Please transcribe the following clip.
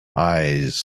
eyes